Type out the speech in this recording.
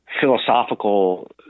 philosophical